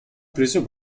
preso